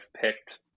picked